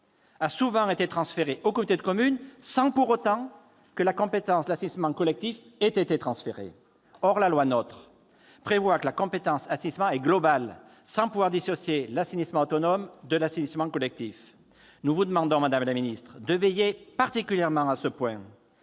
-a souvent été transférée aux communautés de communes sans que, pour autant, la compétence de l'assainissement collectif ait été transférée. Or la loi NOTRe prévoit que la compétence « assainissement » est globale sans pouvoir dissocier l'assainissement collectif de l'assainissement autonome. Nous vous demandons, madame la ministre, de veiller particulièrement à ce point,